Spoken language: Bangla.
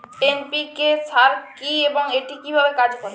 এন.পি.কে সার কি এবং এটি কিভাবে কাজ করে?